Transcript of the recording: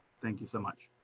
thank you so much.